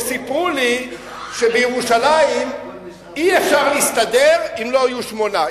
שסיפרו לי שבירושלים אי-אפשר להסתדר אם לא יהיו שמונה.